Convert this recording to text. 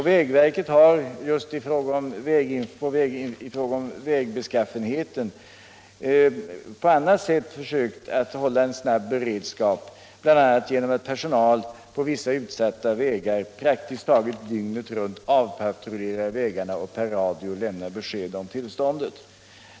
Vad beträffar vägbeskaffenheten har vägverket även på annat sätt försökt hålla en snabb beredskap, bl.a. genom att personal på vissa utsatta vägar avpatrullerar vägarna praktiskt taget dygnet runt och lämnar besked om vägarnas tillstånd per radio.